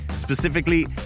specifically